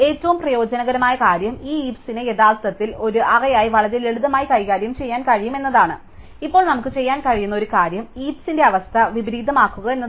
ഏറ്റവും പ്രയോജനകരമായ കാര്യം ഈ ഹീപ്സിനെ യഥാർത്ഥത്തിൽ ഒരു അറേയായി വളരെ ലളിതമായി കൈകാര്യം ചെയ്യാൻ കഴിയും എന്നതാണ് ഇപ്പോൾ നമുക്ക് ചെയ്യാൻ കഴിയുന്ന ഒരു കാര്യം ഹീപ്സിനെ അവസ്ഥ വിപരീതമാക്കുക എന്നതാണ്